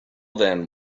then